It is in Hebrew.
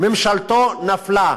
ממשלתו נפלה.